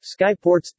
Skyports